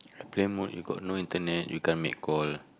plane mode you got no internet you can't make call